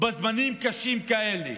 בזמנים קשים כאלה.